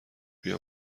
بیا